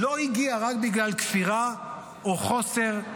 לא הגיע רק בגלל כפירה או חוסר,